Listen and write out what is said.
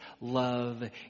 love